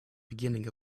beginning